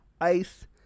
ice